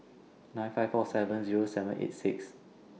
nine five four seven Zero seven eight six